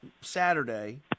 Saturday